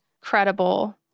credible